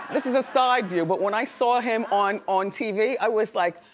this is a side view, but when i saw him on on tv, i was like,